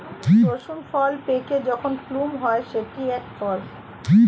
prunes ফল পেকে যখন প্লুম হয় সেটি এক ফল